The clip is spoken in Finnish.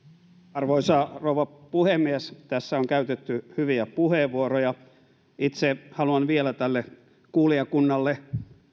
arvoisa rouva puhemies tässä on käytetty hyviä puheenvuoroja itse haluan vielä tälle kuulijakunnalle